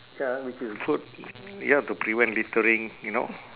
ya which is good you have to prevent littering you know